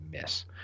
miss